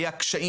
היו קשיים